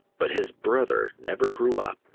but his brother never grew up,